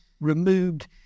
removed